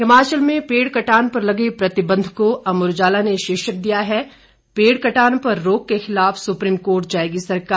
हिमाचल में पेड़ कटान पर लगे प्रतिबंध को अमर उजाला ने शीर्षक दिया है पेड़ कटान पर रोक के खिलाफ सुप्रीम कोर्ट जाएगी सरकार